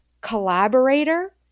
collaborator